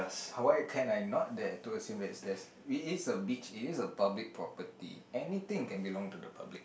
how can I not there to assume that there's it is a beach it is a public property anything can belong to the public